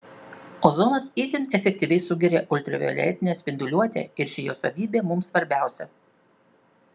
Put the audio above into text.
ozonas itin efektyviai sugeria ultravioletinę spinduliuotę ir ši jo savybė mums svarbiausia